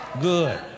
Good